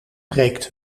breekt